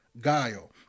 Guile